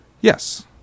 Yes